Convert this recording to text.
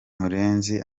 murenzi